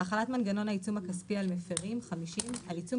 50.החלת מנגנון העיצום הכספי על מפרים על עיצום